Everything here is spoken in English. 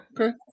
Okay